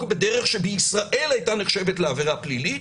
בדרך שבישראל הייתה נחשבת לעבירה פלילית.